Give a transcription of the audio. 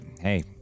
hey